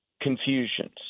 confusions